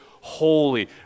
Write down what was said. holy